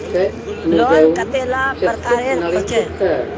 Loan कतेला प्रकारेर होचे?